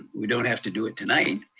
we don't have to do it tonight.